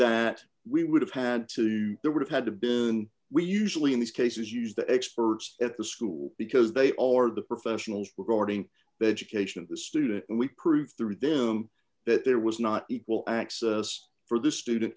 that we would have had to they would have had to been we usually in these cases use the experts at the school because they are the professionals regarding the education of the student and we proved through them that there was not equal access for the student